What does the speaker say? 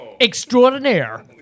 extraordinaire